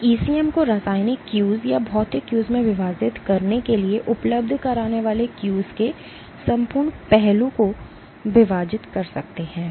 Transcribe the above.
आप ECM को रासायनिक Cues या भौतिक Cues में विभाजित करने के लिए उपलब्ध कराने वाले cues के संपूर्ण पहलू को विभाजित कर सकते हैं